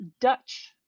dutch